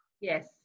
yes